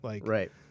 Right